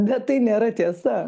bet tai nėra tiesa